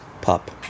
pup